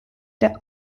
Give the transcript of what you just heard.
der